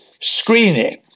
screening